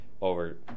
over